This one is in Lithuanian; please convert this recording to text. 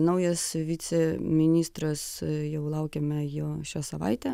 naujas viceministras jau laukiame jo šią savaitę